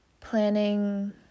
planning